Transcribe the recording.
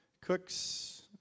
cooks